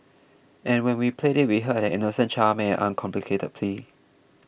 and when we played it we heard an innocent child make an uncomplicated plea